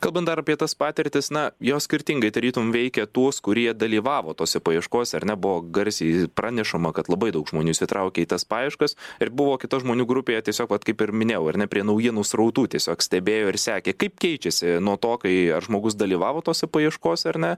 kalbant dar apie tas patirtis na jos skirtingai tarytum veikia tus kurie dalyvavo tose paieškose ar ne buvo garsiai pranešama kad labai daug žmonių įsitraukė į tas paieškas ir buvo kita žmonių grupėje tiesiog vat kaip ir minėjau ar ne prie naujienų srautų tiesiog stebėjo ir sekė kaip keičiasi nuo to kai ar žmogus dalyvavo tose paieškose ar ne